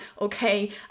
okay